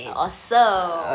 awesome